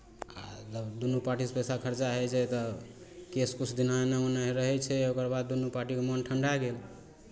आ जब दुनू पार्टीसँ पैसा खरचा होइ छै तऽ केस किछु दिन एन्नऽ ओन्नऽ रहै छै ओकर बाद दुनू पार्टीके मोन ठण्ढाए गेल